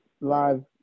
live